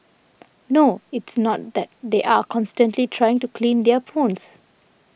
no it's not that they are constantly trying to clean their phones